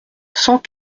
cent